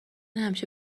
همیشه